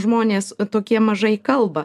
žmonės tokie mažai kalba